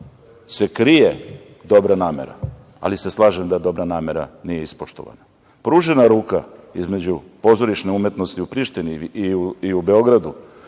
se krije dobra namera, ali se slažem da dobra namera nije ispoštovana. Pružena ruka između pozorišne umetnosti u Prištini i u Beogradu,